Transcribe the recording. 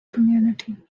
community